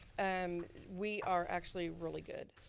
um we are actually really good.